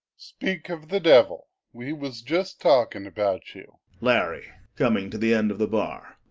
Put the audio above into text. speak of the devil. we was just talkin' about you. larry coming to the end of the bar.